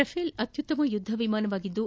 Rafale ಅತ್ಯುತ್ತಮ ಯುದ್ಧ ವಿಮಾನವಾಗಿದ್ದು